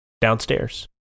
downstairs